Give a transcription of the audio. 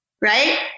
right